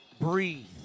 breathe